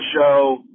show